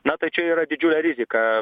na tai čia yra didžiulė rizika